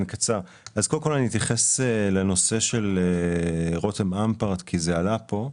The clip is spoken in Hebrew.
אני אתייחס לנושא של רותם אמפרט, זה נושא שעלה פה.